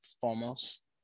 foremost